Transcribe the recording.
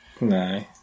no